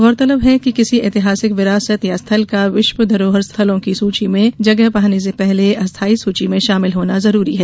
गौरतलब है कि किसी ऐतिहासिक विरासत या स्थल का विश्व धरोहर स्थलों की सूची में जगह पाने से पहले अस्थायी सूची में शामिल होना जरूरी है